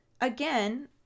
Again